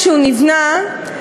כשהוא נבנה,